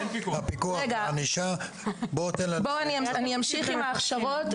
אני אמשיך עם ההכשרות,